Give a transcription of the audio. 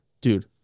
Dude